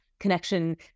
connection